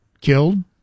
killed